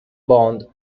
باند